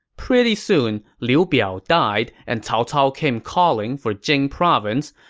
pretty soon, liu biao died and cao cao came calling for jing province,